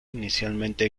inicialmente